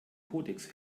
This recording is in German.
kodex